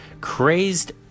crazed